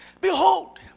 behold